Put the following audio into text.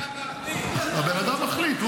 הבן אדם מחליט.